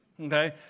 okay